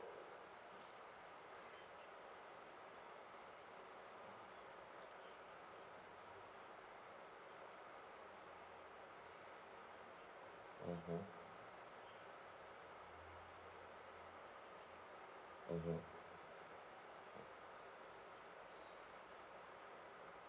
mmhmm mmhmm